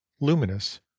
luminous